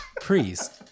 Priest